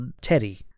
teddy